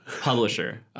Publisher